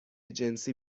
جنسی